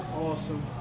awesome